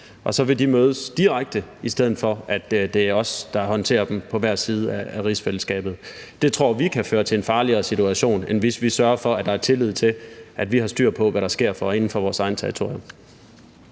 Og så vil de mødes direkte, i stedet for at det er os, der håndterer dem på hver side af rigsfællesskabet. Det tror vi kan føre til en farligere situation, end hvis vi sørger for, at der er tillid til, at vi har styr på, hvad der sker inden for vores eget territorium.